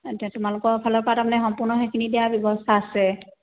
এতিয়া তোমালোকৰ ফালৰ পৰা তাৰমানে সম্পূৰ্ণ সেইখিনি দিয়াৰ ব্যৱস্থা আছে